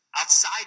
Outside